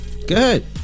Good